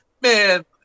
man